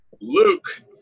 Luke